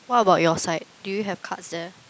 what about your side do you have cards there